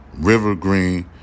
Rivergreen